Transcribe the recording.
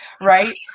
right